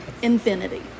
infinity